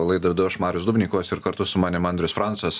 laidą vedu aš marius dubnikovas ir kartu su manim andrius francas